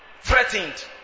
Threatened